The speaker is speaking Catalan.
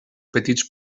petits